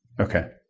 Okay